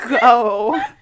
Go